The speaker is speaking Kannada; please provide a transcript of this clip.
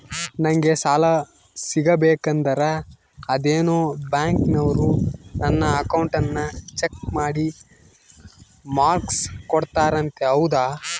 ನಂಗೆ ಸಾಲ ಸಿಗಬೇಕಂದರ ಅದೇನೋ ಬ್ಯಾಂಕನವರು ನನ್ನ ಅಕೌಂಟನ್ನ ಚೆಕ್ ಮಾಡಿ ಮಾರ್ಕ್ಸ್ ಕೋಡ್ತಾರಂತೆ ಹೌದಾ?